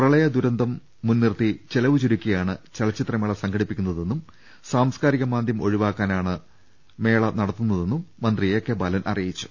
പ്രളയദുരന്തം മുൻനിർത്തി ചിലവ് ചുരുക്കിയാണ് ചലച്ചിത്ര മേള സംഘടിപ്പിക്കുന്നതെന്നും സാംസ്കാരിക മാന്ദ്യം ഒഴിവാക്കാ നാണിതെന്നും മന്ത്രി എ കെ ബാലൻ അറിയിച്ചു